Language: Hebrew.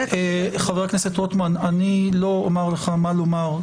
חבר הכנסת רוטמן, אני לא אומר לך מה לומר.